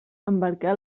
embarcar